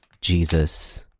Jesus